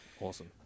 Awesome